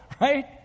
right